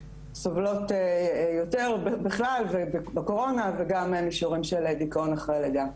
סובלות יותר בכלל ובקורונה וגם במישור של דיכאון אחרי לידה.